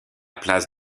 place